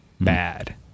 bad